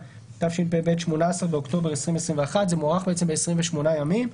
התשפ"ב (18 באוקטובר 2021)". זה מוארך בעצם ב-28 ימים.